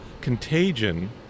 Contagion